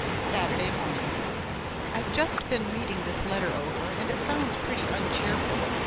saturday morning i've just been reading this letter over and it sounds pretty un-cheerful.